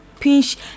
Pinch